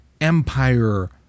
empire